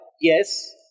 yes